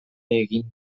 egin